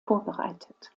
vorbereitet